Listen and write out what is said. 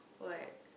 what